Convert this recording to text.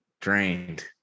drained